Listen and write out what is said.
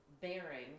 bearing